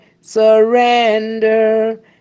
surrender